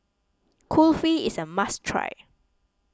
Kulfi is a must try